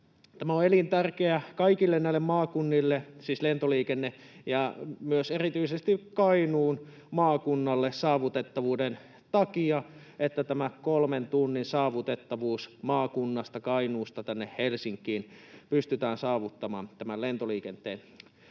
on elintärkeää kaikille näille maakunnille ja myös erityisesti Kainuun maakunnalle saavutettavuuden takia, että tämä kolmen tunnin saavutettavuus maakunnasta, Kainuusta, tänne Helsinkiin pystytään saavuttamaan tämän lentoliikenteen